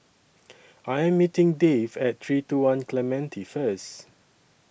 I Am meeting Dave At three two one Clementi First